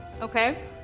Okay